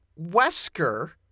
Wesker